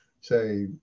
say